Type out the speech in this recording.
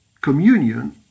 communion